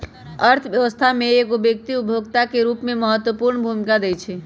अर्थव्यवस्था में एगो व्यक्ति उपभोक्ता के रूप में महत्वपूर्ण भूमिका दैइ छइ